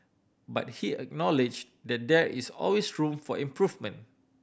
but he acknowledged that there is always room for improvement